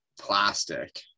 plastic